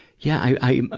yeah. i, i,